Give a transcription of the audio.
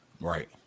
Right